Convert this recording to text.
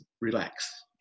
relax